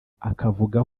akavuga